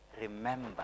Remember